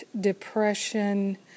depression